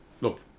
look